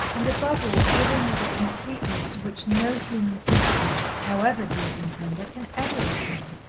and, above all, giving with a completeness to which no human sympathy, however deep and tender, can ever attain.